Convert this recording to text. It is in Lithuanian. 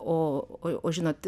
o o žinot